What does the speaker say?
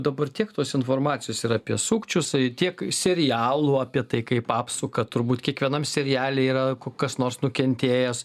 dabar tiek tos informacijos ir apie sukčius tiek serialų apie tai kaip apsuka turbūt kiekvienam seriale yra kas nors nukentėjęs